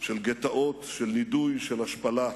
של גטאות, של נידוי, של השפלה,